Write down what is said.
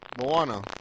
Moana